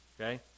Okay